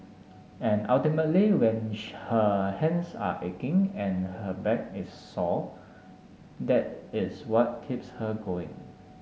and ultimately when hands are aching and her back is sore that is what keeps her going